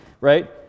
right